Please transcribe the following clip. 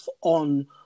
on